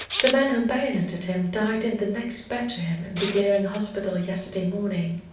the man who bayoneted him died in the next bed to him in the clearing hospital yesterday morning.